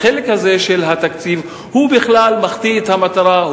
החלק הזה של התקציב בכלל מחטיא את המטרה,